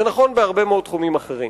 זה נכון בהרבה מאוד תחומים אחרים.